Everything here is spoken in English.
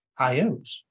IOs